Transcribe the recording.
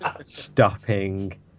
stopping